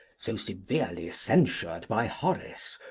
so severely censured by horace,